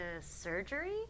Surgery